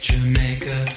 Jamaica